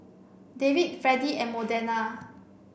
Davin Fredy and Modena